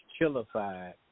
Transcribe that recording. chillified